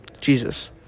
Jesus